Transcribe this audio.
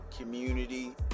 community